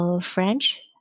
French